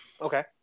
Okay